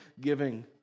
giving